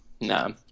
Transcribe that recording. No